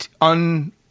un